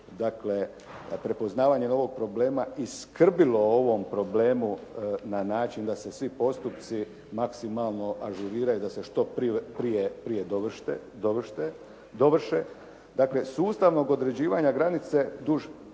dakle prepoznavanje novog problema i skrbilo o ovom problemu na način da se svi postupci maksimalno ažuriraju, da se što prije dovrše. Dakle, sustavnog određivanja granice duž